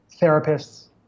therapists